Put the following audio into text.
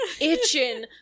itching